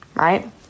right